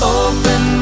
open